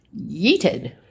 yeeted